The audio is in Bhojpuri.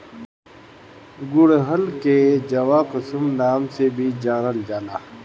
गुड़हल के जवाकुसुम नाम से भी जानल जाला